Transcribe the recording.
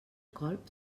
colp